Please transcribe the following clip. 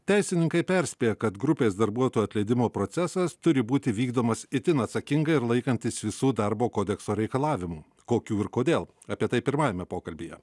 teisininkai perspėja kad grupės darbuotojų atleidimo procesas turi būti vykdomas itin atsakingai ir laikantis visų darbo kodekso reikalavimų kokių ir kodėl apie tai pirmajame pokalbyje